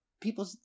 people